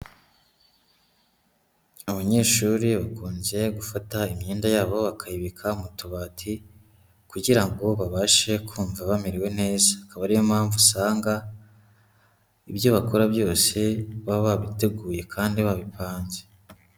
Abanyeshuri bakunze gufata imyenda yabo bakayibika mu tubati, kugira ngo babashe kumva bamerewe neza. Akaba ari yo mpamvu usanga, ibyo bakora byose baba babiteguye kandi babipanze.